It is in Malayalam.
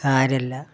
സാരമില്ല